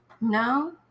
No